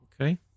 Okay